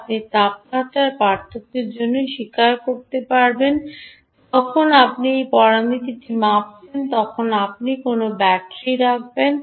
আপনি তাপমাত্রার পার্থক্যের জন্য শিকার হতে পারবেন না যখন আপনি সেই পরামিতিটি মাপছেন যখন আপনি কোনও ব্যাটারি রাখবেন